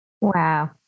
Wow